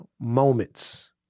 moments